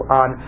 on